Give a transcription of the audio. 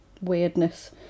weirdness